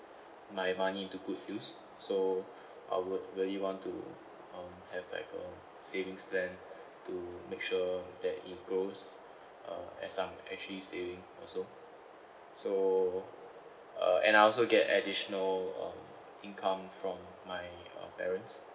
my money into good use so I would really want to um have like a savings plan to make sure that it goes uh as I'm actually saving also so uh and I also get additional um income from my uh parents